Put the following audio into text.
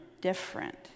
different